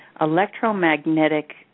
electromagnetic